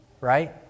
right